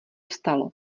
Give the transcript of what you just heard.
stalo